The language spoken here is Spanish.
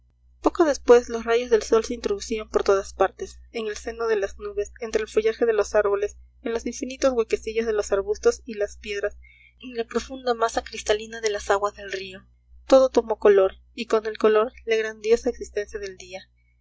poco después los rayos del sol se introducían por todas partes en el seno de las nubes entre el follaje de los árboles en los infinitos huequecillos de los arbustos y las piedras en la profunda masa cristalina de las aguas del río todo tomó color y con el color la grandiosa existencia del día